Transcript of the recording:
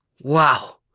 Wow